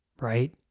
right